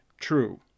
true